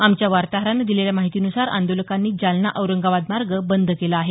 आमच्या वार्ताहरानं दिलेल्या माहितीन्सार आंदोलकांनी जालना औरंगाबाद मार्ग बंद केला आहे